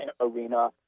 arena